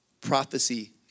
prophecy